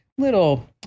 little